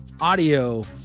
audio